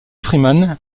freeman